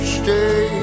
stay